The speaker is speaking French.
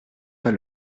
pas